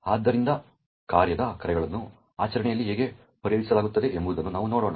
ಆದ್ದರಿಂದ ಕಾರ್ಯದ ಕರೆಗಳನ್ನು ಆಚರಣೆಯಲ್ಲಿ ಹೇಗೆ ಪರಿಹರಿಸಲಾಗುತ್ತದೆ ಎಂಬುದನ್ನು ನಾವು ನೋಡೋಣ